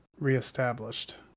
reestablished